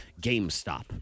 GameStop